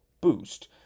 Boost